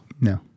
no